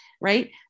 right